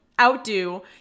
Outdo